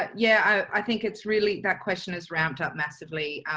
yeah, i think it's really that question has ramped up massively.